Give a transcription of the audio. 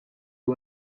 two